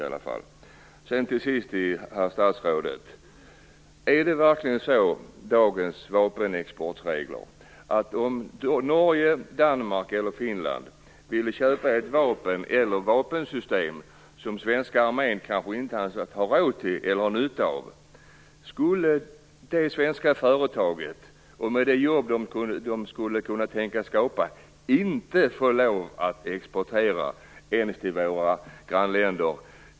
Till sist en fråga till statsrådet: Är det verkligen så enligt dagens vapenexportregler att om Norge, Danmark eller Finland vill köpa ett vapen eller ett vapensystem som svenska armén kanske inte ens har råd till eller nytta av, skulle det svenska företaget - med de jobb som skulle kunna skapas - inte få lov att exportera till dessa våra grannländer?